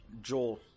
Joel